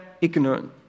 ignorant